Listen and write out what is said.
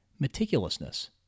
Meticulousness